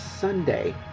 Sunday